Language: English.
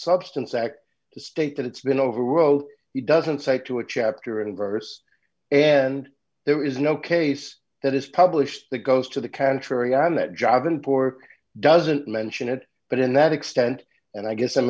substance act state that it's been over oh he doesn't say to a chapter and verse and there is no case that is published that goes to the contrary and that job in pork doesn't mention it but in that extent and i guess i'm